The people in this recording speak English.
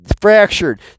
fractured